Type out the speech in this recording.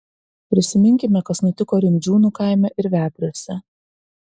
prisiminkime kas nutiko rimdžiūnų kaime ir vepriuose